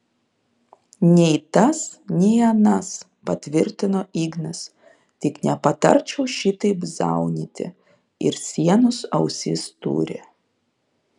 nei tas nei anas patvirtino ignas tik nepatarčiau šitaip zaunyti ir sienos ausis turi